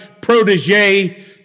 protege